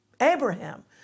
Abraham